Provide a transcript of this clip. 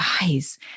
guys